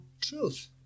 truth